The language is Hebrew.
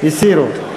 הסירו.